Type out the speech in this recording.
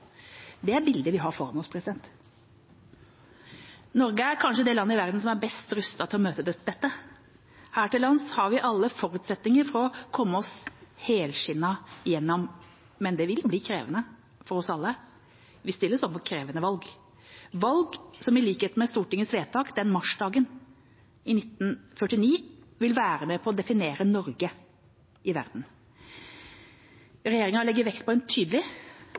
Det er bildet vi har foran oss. Norge er kanskje det landet i verden som er best rustet til å møte dette. Her til lands har vi alle forutsetninger for å komme oss helskinnet gjennom, men det vil bli krevende for oss alle. Vi vil stilles overfor krevende valg, valg som i likhet med Stortingets vedtak den marsdagen i 1949 vil være med på å definere Norge i verden. Regjeringa legger vekt på en tydelig